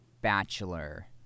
Bachelor